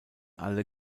alle